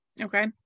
Okay